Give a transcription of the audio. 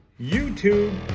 youtube